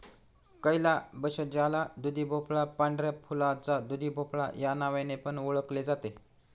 calabash ज्याला दुधीभोपळा, पांढऱ्या फुलाचा दुधीभोपळा या नावाने पण ओळखले जाते